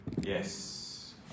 Yes